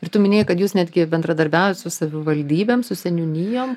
ir tu minėjai kad jūs netgi bendradarbiaujat su savivaldybėm su seniūnijom